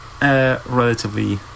relatively